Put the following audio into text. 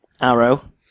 Arrow